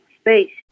space